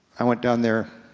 i went down there.